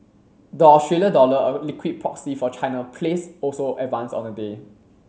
the Australia dollar a liquid proxy for China plays also advanced on the day